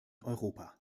europa